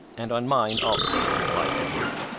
and on mine also, replied edward.